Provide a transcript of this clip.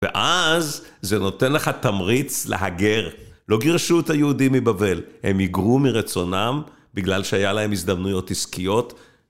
ואז זה נותן לך תמריץ להגר. לא גירשו את היהודים מבבל, הם היגרו מרצונם בגלל שהיה להם הזדמנויות עסקיות.